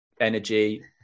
energy